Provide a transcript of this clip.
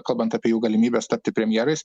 kalbant apie jų galimybes tapti premjerais